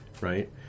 right